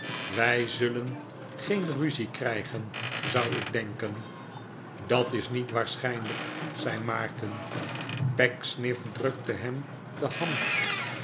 wij zullen geen ruzie krijgen zou ik denken dat is niet waarschijnlijk zei maarten pecksniff drukte hem de hand